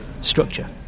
structure